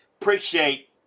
Appreciate